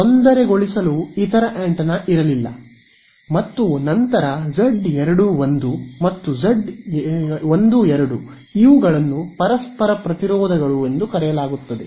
ತೊಂದರೆಗೊಳಿಸಲು ಇತರ ಆಂಟೆನಾ ಇರಲಿಲ್ಲ ಮತ್ತು ನಂತರ Z21 ಮತ್ತು Z12 ಇವುಗಳನ್ನು ಪರಸ್ಪರ ಪ್ರತಿರೋಧಗಳು ಎಂದು ಕರೆಯಲಾಗುತ್ತದೆ